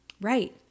Right